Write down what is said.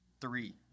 Three